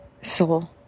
soul